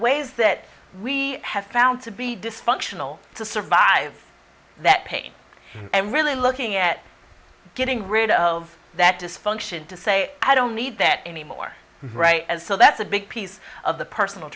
ways that we have found to be dysfunctional to survive that pain and really looking at getting rid of that dysfunction to say i don't need that anymore right and so that's a big piece of the personal